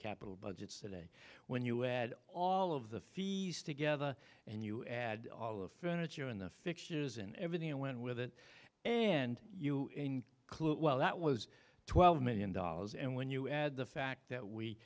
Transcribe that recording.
capital budgets today when you add all of the fees together and you add all of furniture in the fixtures and everything that went with it and you clued well that was twelve million dollars and when you add the fact that we